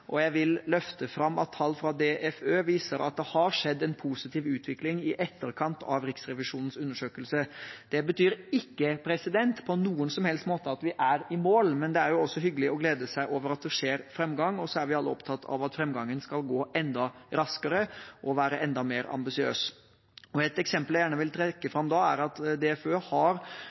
og 2019, og jeg vil løfte fram at tall fra DFØ viser at det har skjedd en positiv utvikling i etterkant av Riksrevisjonens undersøkelse. Det betyr ikke på noen som helst måte at vi er i mål, men det er også hyggelig å glede seg over at det skjer framgang. Så er vi alle opptatt av at framgangen skal gå enda raskere, og av å være enda mer ambisiøs. Ett eksempel jeg gjerne vil trekke fram, er at DFØ har